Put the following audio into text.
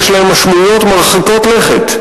יש להן משמעויות מרחיקות לכת,